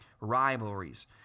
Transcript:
rivalries